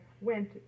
went